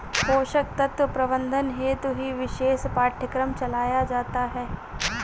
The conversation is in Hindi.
पोषक तत्व प्रबंधन हेतु ही विशेष पाठ्यक्रम चलाया जाता है